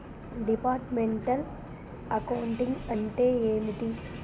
Departmental accounting అంటే ఏమిటి?